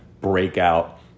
breakout